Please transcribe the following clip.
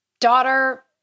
daughter-